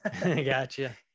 gotcha